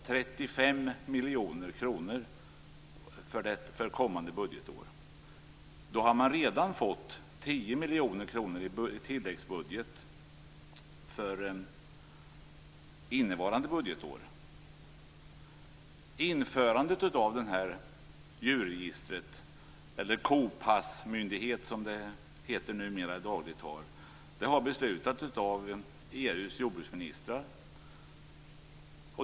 35 miljoner kronor för kommande budgetår. Då har man redan fått 10 miljoner kronor i tilläggsbudgeten för innevarande budgetår. Införandet av detta djurregister, eller kopassmyndighet som det numera heter i dagligt tal, har beslutats av EU:s jordbruksministrar.